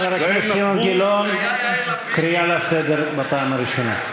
חבר הכנסת אילן גילאון, קריאה לסדר בפעם הראשונה.